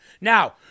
Now